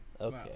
okay